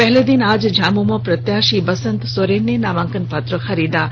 पहले दिन आज झामुमो प्रत्याशी बसंत सोरेन ने नामांकन पत्र खरीदा है